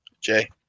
Jay